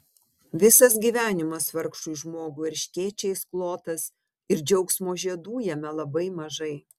visas gyvenimas vargšui žmogui erškėčiais klotas ir džiaugsmo žiedų jame labai mažai